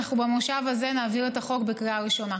אנחנו במושב הזה נעביר את החוק בקריאה ראשונה.